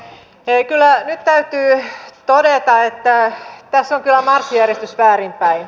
nyt täytyy todeta että tässä on kyllä marssijärjestys väärinpäin